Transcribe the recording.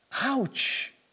Ouch